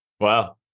Wow